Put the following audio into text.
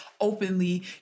Openly